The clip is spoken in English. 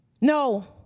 no